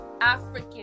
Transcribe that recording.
African